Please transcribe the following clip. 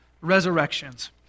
resurrections